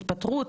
התפטרות,